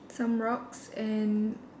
some rocks and